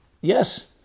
Yes